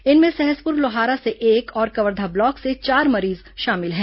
इनमें सहसपुर लोहारा से एक और कवर्धा ब्लॉक से चार मरीज शामिल हैं